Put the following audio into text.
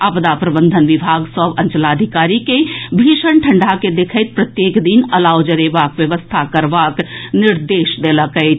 आपदा प्रबंधन विभाग सभ अंचलाधिकारी के भीषण ठंढ़ा के देखैत प्रत्येक दिन अलाव जरेबाक व्यवस्था करबाक निर्देश देलक अछि